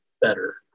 better